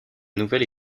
nouvelle